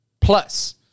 plus